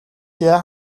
яах